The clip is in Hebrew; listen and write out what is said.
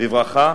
בברכה,